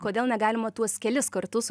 kodėl negalima tuos kelis kartus